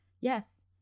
Yes